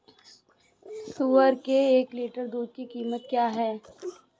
सुअर के एक लीटर दूध की कीमत क्या है?